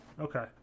Okay